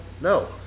No